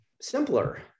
simpler